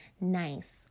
nice